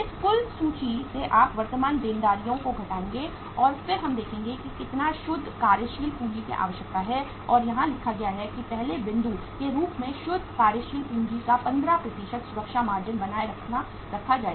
इस कुल सूची से आप वर्तमान देनदारियों को घटाएंगे और फिर हम देखेंगे कि कितना शुद्ध कार्यशील पूंजी की आवश्यकता है और यहां लिखा गया है कि पहले बिंदु के रूप में शुद्ध कार्यशील पूंजी का 15 सुरक्षा मार्जिन बनाए रखा जाएगा